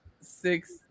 Six